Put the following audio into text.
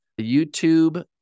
YouTube